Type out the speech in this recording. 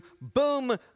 Boom